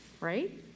right